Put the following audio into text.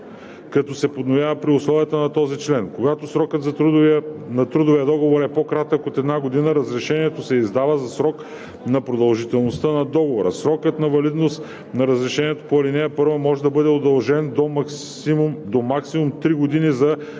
като се подновява при условията на този член. Когато срокът на трудовия договор е по-кратък от една година, разрешението се издава за срока на продължителността на договора. Срокът на валидност на разрешението по ал. 1 може да бъде удължен до максимум три години за